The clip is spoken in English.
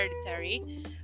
Hereditary